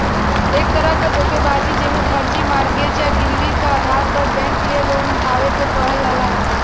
एक तरह क धोखेबाजी जेमे फर्जी मॉर्गेज या गिरवी क आधार पर बैंक से लोन उठावे क कहल जाला